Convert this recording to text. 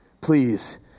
Please